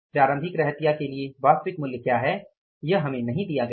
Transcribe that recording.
प्रारंभिक रहतिया के लिए वास्तविक मूल्य क्या है हमें नहीं दिया गया है